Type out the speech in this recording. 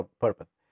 purpose